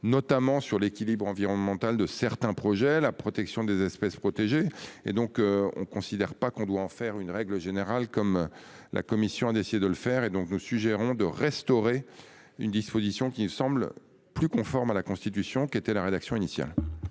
notamment sur l'équilibre environnemental de certains projets, la protection des espèces protégées et donc on considère pas qu'on doit en faire une règle générale comme la commission d'essayer de le faire et donc nous suggérons de restaurer une disposition qui me semble plus conforme à la Constitution qui était la rédaction initiale.